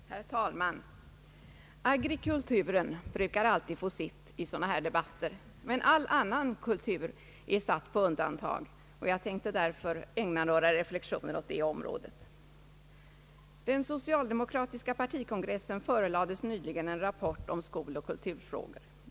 Herr talman! Agrikulturen brukar alltid få sitt i sådana här debatter men all annan kultur är satt på undantag, och jag tänkte därför ägna några reflexioner åt det sistnämnda området. Den = socialdemokratiska partikongressen förelades en rapport om skoloch kulturfrågor.